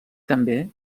també